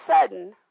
sudden